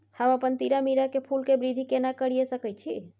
हम अपन तीरामीरा के फूल के वृद्धि केना करिये सकेत छी?